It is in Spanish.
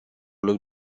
los